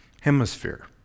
Hemisphere